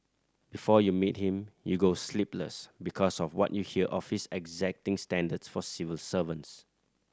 before you meet him you go sleepless because of what you hear of his exacting standards for civil servants